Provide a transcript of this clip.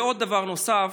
ועוד דבר נוסף,